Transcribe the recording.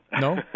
No